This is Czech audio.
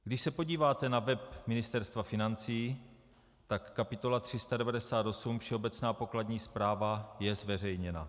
Když se podíváte na web Ministerstva financí, tak kapitola 398 Všeobecná pokladní zpráva, je zveřejněna.